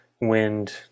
wind